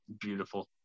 beautiful